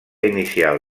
inicial